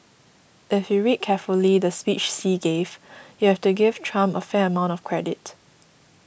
if you read carefully the speech Xi gave you have to give Trump a fair amount of credit